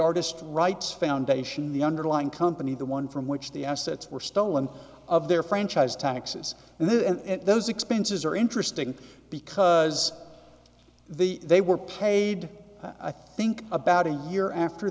artist rights foundation the underlying company the one from which the assets were stolen of their franchise taxes and then those expenses are interesting because the they were paid i think about a year after